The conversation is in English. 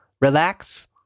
Relax